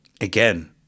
Again